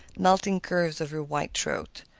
melting curves of her white throat.